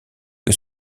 que